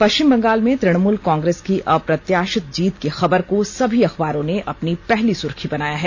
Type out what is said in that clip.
पष्विम बंगाल में तृणमूल कांग्रेस की अप्रत्याषित जीत की खबर को सभी अखबारों ने अपनी पहली सुर्खी बनाया है